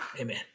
Amen